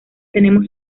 tenemos